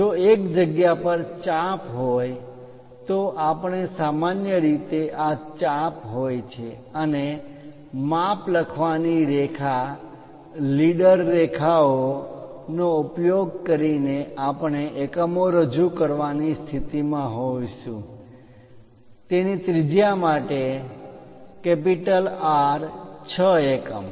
જો એક જ જગ્યા પર ચાપ આર્ક્સ હોય તો આપણે સામાન્ય રીતે આ ચાપ આર્ક્સ હોય છે અને માપ લખવાની રેખા ડાયમેન્શન લાઇન લીડર રેખાઓ લીડર લાઇન leader lines નો ઉપયોગ કરીને આપણે એકમો રજુ કરવાની સ્થિતિમાં હોઈશું તેની ત્રિજ્યા માટે R 6 એકમ